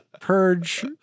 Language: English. purge